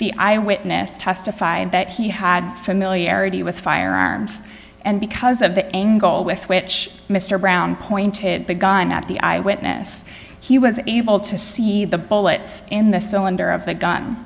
eye witness testified that he had familiarity with firearms and because of the angle with which mr brown pointed the gun at the eyewitness he was able to see the bullets in the cylinder of the gun